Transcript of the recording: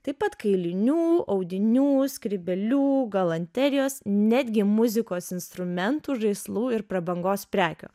taip pat kailinių audinių skrybėlių galanterijos netgi muzikos instrumentų žaislų ir prabangos prekių